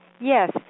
Yes